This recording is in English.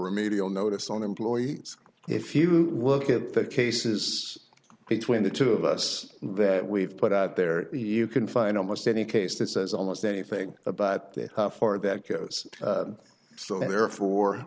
remedial notice on employee if you look at the cases between the two of us that we've put out there you can find almost any case that says almost anything about this far that goes so therefore